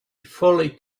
fully